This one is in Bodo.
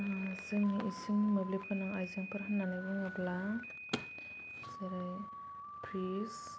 जोंनि इसिंनि मोब्लिब गोनां आइजेंफोर होननानै बुङोब्ला जेरै फ्रिड्स